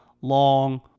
long